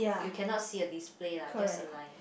you cannot see a display lah just a line